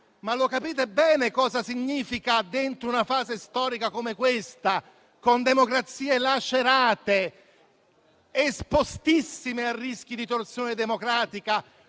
Ma lo capite cosa significa, in una fase storica come questa, con democrazie lacerate, espostissime a rischi di torsione antidemocratica,